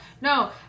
no